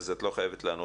אז את לא חייבת לענות.